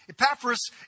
Epaphras